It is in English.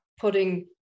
putting